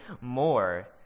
more